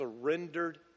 surrendered